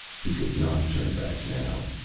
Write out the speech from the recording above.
he could not turn back now.